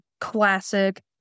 classic